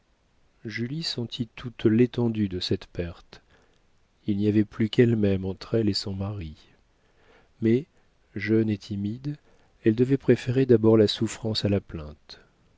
julie sentit toute l'étendue de cette perte il n'y avait plus qu'elle-même entre elle et son mari mais jeune et timide elle devait préférer d'abord la souffrance à la plainte